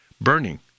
burning